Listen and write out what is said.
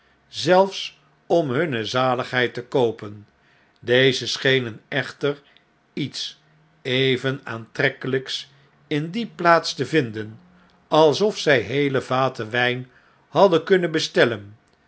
zelfs om hunne zaligheid te koopen deze schenen echter iets even aantrekkeljjks in die plaats te vinden alsof zjj heele vaten wjjn hadden kunnen bestellen